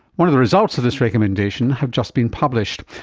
one of the results of this recommendation have just been published,